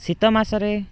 ଶୀତ ମାସରେ